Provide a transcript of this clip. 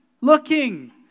looking